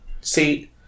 See